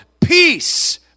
Peace